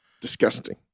Disgusting